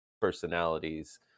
personalities